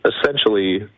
essentially